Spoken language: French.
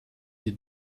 des